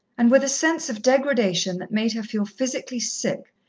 and with a sense of degradation that made her feel physically sick,